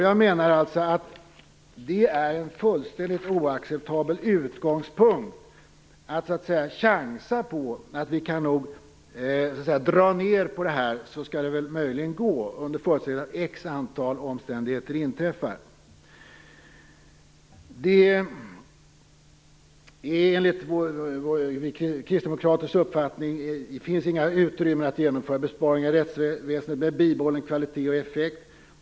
Jag menar att det är en fullständigt oacceptabel utgångspunkt att chansa på att det möjligen kan gå om vi drar ned på det här under förutsättning att x antal omständigheter inträffar. Det är Kristdemokraternas uppfattning att det inte finns utrymme att genomföra besparingar i rättsväsendet med bibehållen kvalitet och effekt.